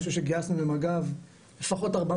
אני חושב שגייסנו למג"ב לפחות 400